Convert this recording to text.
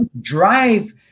Drive